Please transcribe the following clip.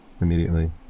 immediately